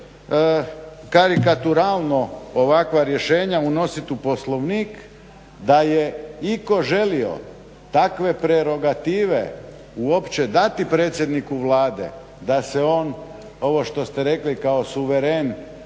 karikaturalno ovakva rješenja unositi u poslovnik, da je itko želio takve prerogative uopće dati predsjedniku Vlade da se on ovo što ste rekli kao suveren